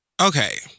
Okay